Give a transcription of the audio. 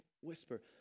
whisper